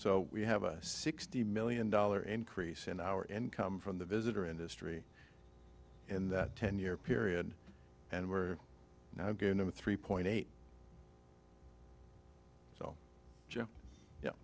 so we have a sixty million dollar increase in our income from the visitor industry in that ten year period and we're now getting over three point eight so y